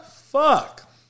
Fuck